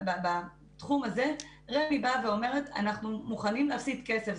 בתחום הזה רמ"י באה ואומרת שהיא מוכנה להפסיד כסף לקופה הציבורית.